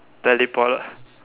teleport ah